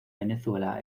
venezuela